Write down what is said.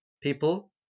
people